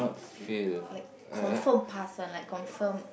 fail like confirm pass one like confirm